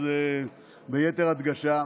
אז ביתר הדגשה,